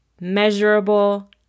Measurable